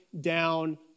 down